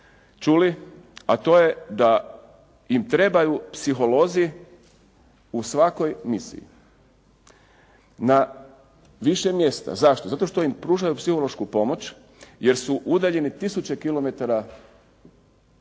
čuli, a to je da im trebaju psiholozi u svakoj misiji na više mjesta. Zašto? Zato što im pružaju psihološku pomoć, jer su udaljeni tisuće kilometara